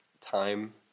time